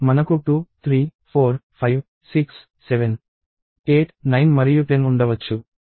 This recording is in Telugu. మనకు 2 3 4 5 6 7 8 9 మరియు 10 ఉండవచ్చు